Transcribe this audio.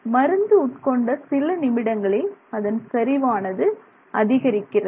மருந்து உட்கொண்ட சில நிமிடங்களில் அதன் செறிவானது அதிகரிக்கிறது